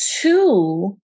Two